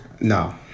No